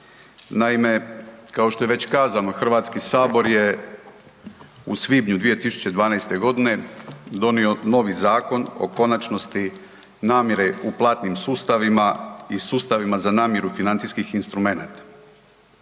Naime, kao što je već kazano, HS je u svibnju 2012.g. donio novi zakon o konačnosti namjere u platnim sustavima i sustavima za namjeru financijskih instrumenata.